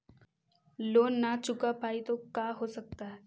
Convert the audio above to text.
Loan न चुका पाई तो का हो सकता है?